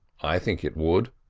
i think it would,